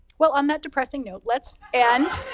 well, on that depressing note, let's end.